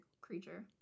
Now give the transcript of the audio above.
creature